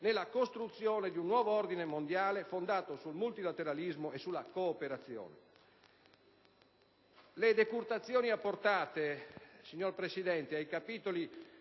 nella costruzione di un nuovo ordine mondiale fondato sul multilateralismo e la cooperazione.